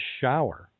shower